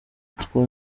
two